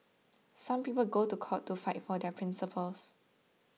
some people go to court to fight for their principles